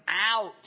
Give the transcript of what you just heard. out